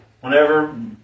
Whenever